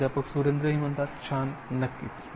प्रा सुरेंद्र छान नक्कीच